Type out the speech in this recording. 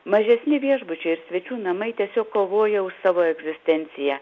mažesni viešbučiai ir svečių namai tiesiog kovoja už savo egzistenciją